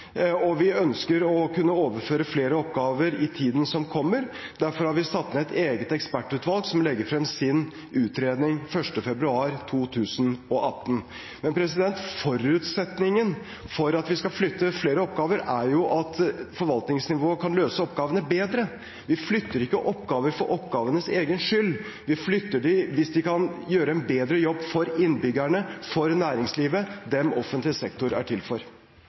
og vi ønsker å kunne overføre flere oppgaver i tiden som kommer. Derfor har vi satt ned et eget ekspertutvalg, som legger frem sin utredning 1. februar 2018. Forutsetningen for at vi skal flytte flere oppgaver, er jo at forvaltningsnivået kan løse oppgavene bedre. Vi flytter ikke oppgaver for oppgavenes egen skyld. Vi flytter dem hvis det kan gjøres en bedre jobb for innbyggerne, for næringslivet – dem offentlig sektor er til for.